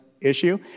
issue